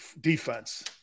defense